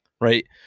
right